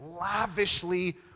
lavishly